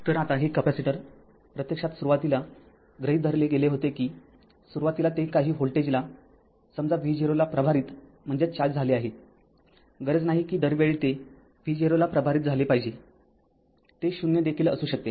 तर आता हे कॅपेसिटर प्रत्यक्षात सुरुवातीला गृहीत धरले गेले होते कि सुरुवातीला ते काही व्होल्टेजला समजा v0 ला प्रभारित झाले आहे गरज नाही कि दरवेळी ते v0 ला प्रभारित झाले पाहिजे ते ० देखील असू शकते